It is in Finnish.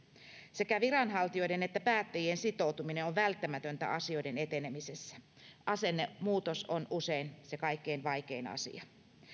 sekä viranhaltijoiden että päättäjien sitoutuminen on välttämätöntä asioiden etenemisessä asennemuutos on usein se kaikkein vaikein asia